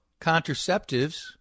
contraceptives